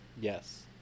Yes